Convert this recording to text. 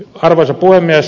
arvoisa puhemies